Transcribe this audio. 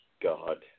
God